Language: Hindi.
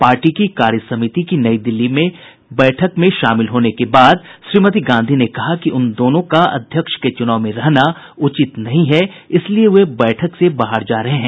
पार्टी की कार्य समिति की नई दिल्ली में बैठक में शामिल होने के बाद श्रीमती गांधी ने कहा कि उन दोनों का अध्यक्ष के चुनाव में रहना उचित नहीं है इसलिए वे बैठक से बाहर जा रहे हैं